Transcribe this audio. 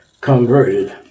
converted